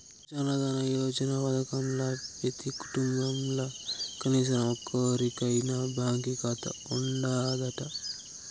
జనదన యోజన పదకంల పెతీ కుటుంబంల కనీసరం ఒక్కోరికైనా బాంకీ కాతా ఉండాదట